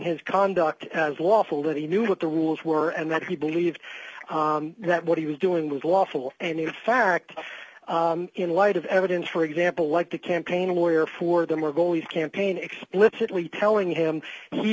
his conduct as lawful that he knew what the rules were and that he believed that what he was doing was lawful and in fact in light of evidence for example like the campaign lawyer for the margolies campaign explicitly telling him he